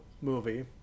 movie